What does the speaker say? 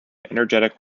energetic